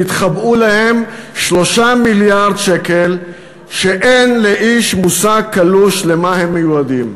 יתחבאו להם 3 מיליארד שקל שאין לאיש מושג קלוש למה הם מיועדים?